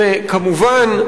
וכמובן,